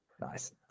Nice